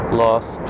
lost